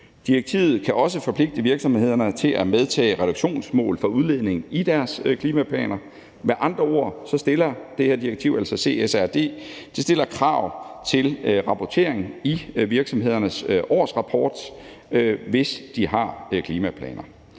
Direktivet kan også forpligte virksomhederne til at medtage reduktionsmål for udledning i deres klimaplaner. Med andre ord stiller det her direktiv, altså CSRD, krav til rapportering i virksomhedernes årsrapport, hvis de har klimaplaner.